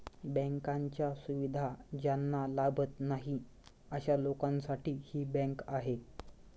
बँकांच्या सुविधा ज्यांना लाभत नाही अशा लोकांसाठी ही बँक आहे